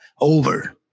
over